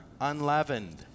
unleavened